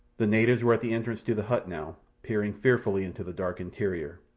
the natives were at the entrance to the hut now, peering fearfully into the dark interior.